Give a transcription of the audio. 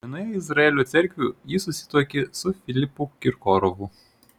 vienoje izraelio cerkvių ji susituokė su filipu kirkorovu